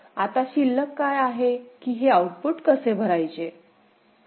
आता शिल्लक काय आहे की हे आउटपुट कसे भरायचे